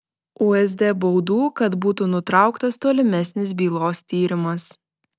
usd baudų kad būtų nutrauktas tolimesnis bylos tyrimas